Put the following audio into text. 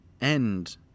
end